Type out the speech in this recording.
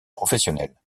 professionnel